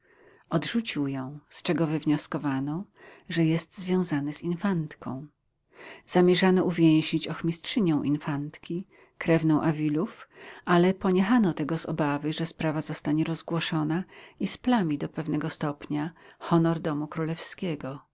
odrzucił ją z czego wywnioskowano że jest związany z infantką zamierzano uwięzić ochmistrzynię infantki krewną avilów ale poniechano tego z obawy że sprawa zostanie rozgłoszona i splami do pewnego stopnia honor domu królewskiego